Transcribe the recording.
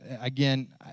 Again